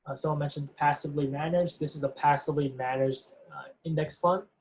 so mentioned passively managed, this is a passively managed index fund